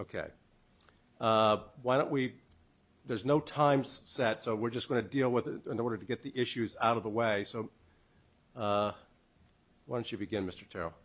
ok why don't we there's no times sat so we're just going to deal with it in order to get the issues out of the way so once you begin mr t